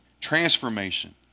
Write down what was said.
transformation